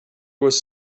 was